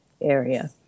area